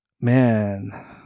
man